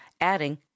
adding